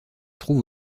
trouve